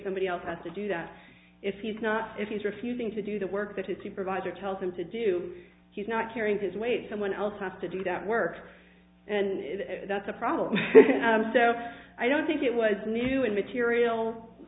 somebody else has to do that if he's not if he's refusing to do the work that his supervisor tells him to do he's not carrying his weight someone else has to do that work and that's a problem so i don't think it was new and